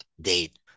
date